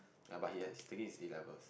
ya but he has he taking his A-levels